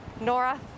NORA